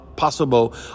possible